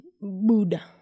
Buddha